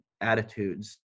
attitudes